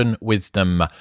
Wisdom